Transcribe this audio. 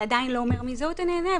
זה עדיין לא אומר מי זהות הנהנה,